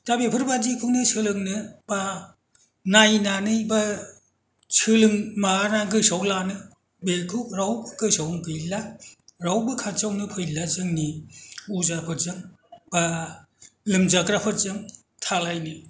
दा बेफोरबायदिखौनो सोलोंनो बा नायनानै बा सोलों माबाना गोसोआव लानो बेखौ रावबो गोसोआवनो गैला रावबो खाथियावनो फैला जोंनि अजाफोरजों बा लोमजाग्राफोरजों थालायनो